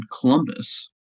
Columbus